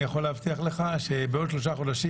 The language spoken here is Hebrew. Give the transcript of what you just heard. אני יכול להבטיח לך שבעוד שלוש חודשים,